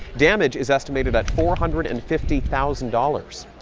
damage is estimated at four hundred and fifty thousand dollars.